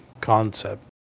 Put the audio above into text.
concept